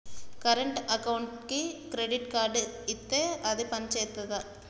Current అకౌంట్కి credit card ఇత్తే అది పని చేత్తదా?